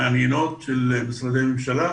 מעניינות, של משרדי ממשלה.